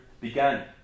began